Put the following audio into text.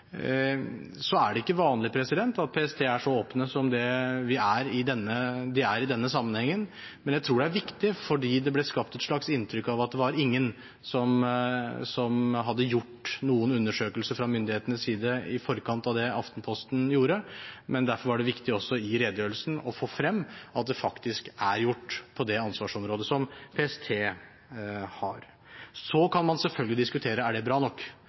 Så er det ikke vanlig at PST er så åpne som det de er i denne sammenhengen, men jeg tror det er viktig, fordi det ble skapt et slags inntrykk av at det var ingen som hadde gjort noen undersøkelser fra myndighetenes side, i forkant av det Aftenposten gjorde. Men derfor var det viktig også i redegjørelsen å få frem at det faktisk er gjort på det ansvarsområdet som PST har. Så kan man selvfølgelig diskutere om det er bra nok.